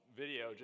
video